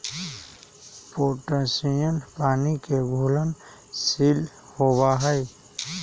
potassium पानी के घुलनशील होबा हई